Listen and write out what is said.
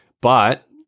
But-